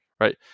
right